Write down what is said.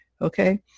okay